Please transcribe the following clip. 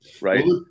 Right